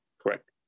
Correct